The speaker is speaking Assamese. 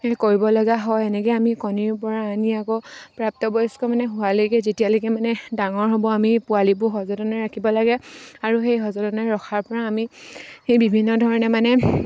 কৰিব লগা হয় এনেকৈ আমি কণীৰ পৰা আনি আকৌ প্ৰাপ্তবয়স্ক মানে হোৱালৈকে যেতিয়ালৈকে মানে ডাঙৰ হ'ব আমি পোৱালিবোৰ সযতনে ৰাখিব লাগে আৰু সেই সযতনে ৰখাৰ পৰা আমি সেই বিভিন্ন ধৰণে মানে